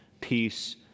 peace